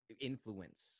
influence